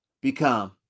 become